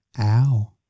Ow